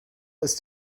ist